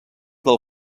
del